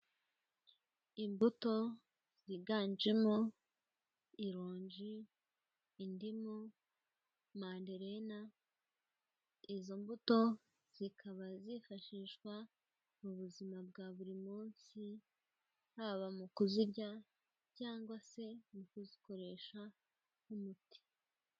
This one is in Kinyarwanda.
Imbuto, ziganjemo, ironji, indimu, manderena. Izo mbuto, zikaba zifashishwa, mu buzima bwa buri munsi, haba mu kuzirya, cyangwa se mu kuzikoresha nk'umuti.